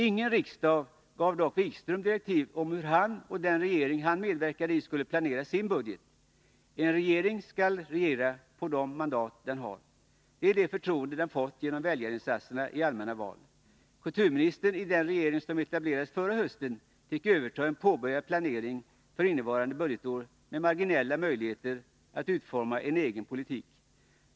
Ingen riksdag gav dock Jan-Erik Wikström direktiv om hur han och den regering han medverkade i skulle planera sin budget. En regering skall regera på de mandat den har. Det är det förtroende den fått genom väljarinsatser i allmänna val. Kulturministern i den regering som etablerades förra hösten fick överta en påbörjad planering för innevarande budgetår med marginella möjligheter att utforma en egen politik.